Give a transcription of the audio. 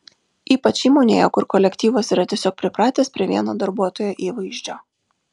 ypač įmonėje kur kolektyvas yra tiesiog pripratęs prie vieno darbuotojo įvaizdžio